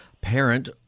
Parent